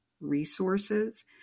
resources